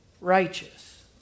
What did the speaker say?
righteous